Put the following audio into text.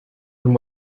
and